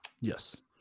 Yes